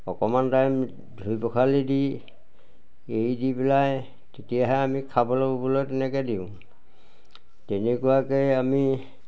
অকণমান টাইম ধুই পখালি দি এই দি পেলাই তেতিয়াহে আমি খাব ল'বলৈ তেনেকৈ দিওঁ তেনেকুৱাকৈ আমি